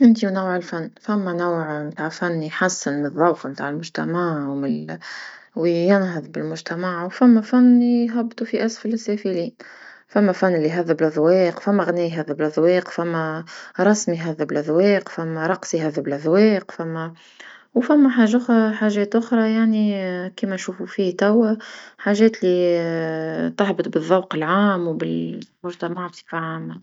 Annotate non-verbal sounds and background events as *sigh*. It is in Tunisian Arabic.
انت ونوع الفن فما نوعا تع فن يحسن الذوق نتاع المجتمع ومن *hesitation* وينهض بالمجتمع وفما فن يهبطو في أسفل السافلين، فما فن اللي هذب الأذواق فما غني يهذب أذواق فما رسم ا بلا يهذب أذواق زواق فما رقص يهذب لذواق فما، وفما حاجة اخرى حجات أخرى يعني كيما نتشوفو فيه توا، حاجات اللي تهبط *hesitation* تخبط بالذوق العام بالمجتمع *noise* بصفة عامة.